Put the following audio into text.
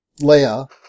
Leia